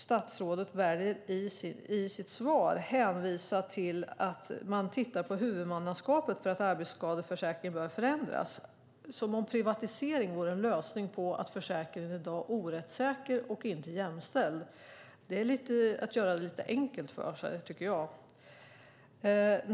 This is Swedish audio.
Statsrådet väljer i sitt svar att hänvisa till att man tittar på om huvudmannaskapet för arbetsskadeförsäkringen bör förändras, som om privatisering vore en lösning på problemet med att försäkringen i dag inte är rättssäker och inte är jämställd. Det är att göra det lite enkelt för sig, tycker jag.